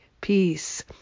peace